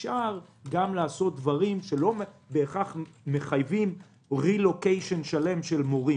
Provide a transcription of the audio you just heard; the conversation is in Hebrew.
שאפשר גם לעשות דברים שלא מחייבים בהכרח רילוקיישן שלם של מורים,